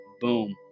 boom